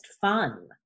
fun